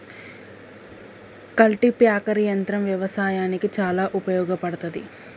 cultipacker యంత్రం వ్యవసాయానికి చాలా ఉపయోగపడ్తది